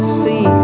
see